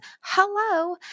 hello